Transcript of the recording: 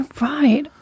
Right